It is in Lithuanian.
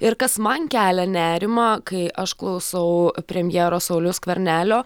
ir kas man kelia nerimą kai aš klausau premjero sauliaus skvernelio